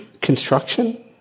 construction